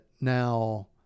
now